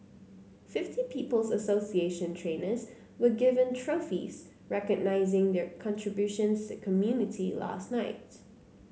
fifty People's Association trainers were given trophies recognising their contributions to the community last night